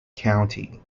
county